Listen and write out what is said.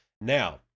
Now